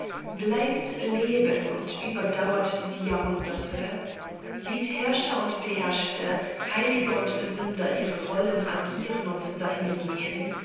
bleibt leben und überdauert die jahrhunderte sieht herrscher und beherrschte heilige und sünder ihre rollen agieren und dahingehen